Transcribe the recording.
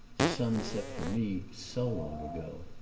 the sun set for me so long ago.